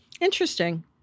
Interesting